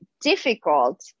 difficult